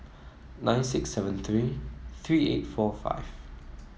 nine six seven three three eight four five